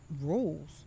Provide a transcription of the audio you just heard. rules